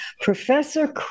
Professor